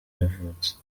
yavutse